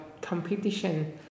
competition